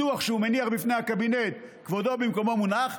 הדוח שהוא מניח בפני הקבינט, כבודו במקומו מונח,